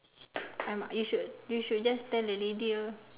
alamak you should you should just tell the lady ah